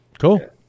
Cool